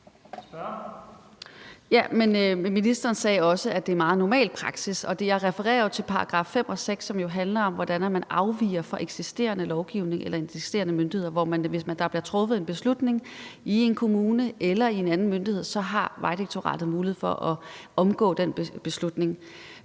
ministeren sagde også, at det er meget normal praksis, og jeg refererede til § 5 og § 6, som jo handler om, hvordan man afviger fra eksisterende lovgivning eller i forhold til eksisterende myndigheder, hvor det er sådan, at hvis der bliver truffet en beslutning i en kommune eller i en anden myndighed, så har Vejdirektoratet mulighed for at omgå den beslutning.